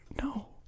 No